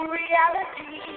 reality